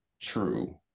true